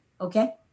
okay